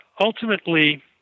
ultimately